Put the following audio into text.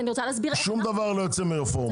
שום דבר לא יוצא מרפורמה.